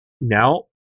Now